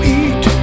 eat